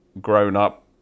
grown-up